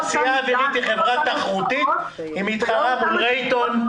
התעשייה האווירית היא חברה תחרותית והיא מתחרה מול רייטון,